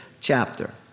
chapter